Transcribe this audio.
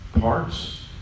parts